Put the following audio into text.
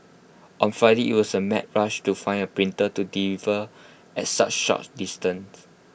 on Friday IT was A mad rush to find A printer to deliver at such short distance